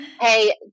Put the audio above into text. Hey